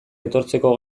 etortzeko